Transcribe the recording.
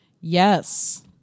Yes